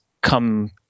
come